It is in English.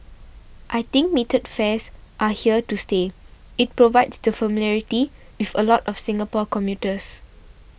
I think metered fares are here to stay it provides the familiarity with a lot of Singapore commuters